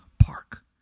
park